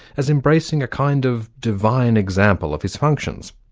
as embracing a kind of divine example of his functions,